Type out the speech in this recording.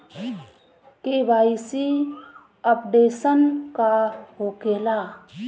KYC updation का होखेला?